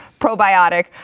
probiotic